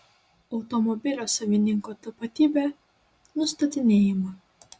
automobilio savininko tapatybė nustatinėjama